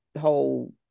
whole